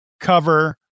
cover